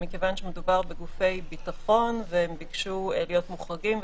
מכיוון שמדובר בגופי ביטחון והם ביקשו להיות מוחרגים.